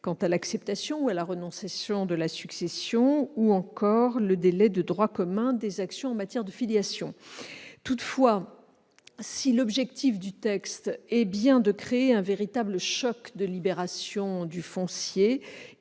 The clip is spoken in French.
quant à l'acceptation de la succession ou à la renonciation, ou encore avec le délai de droit commun des actions en matière de filiation. Toutefois, si l'objectif du texte est bien de créer un véritable choc de libération du foncier,